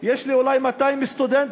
יש לי אולי 200 סטודנטים,